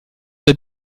der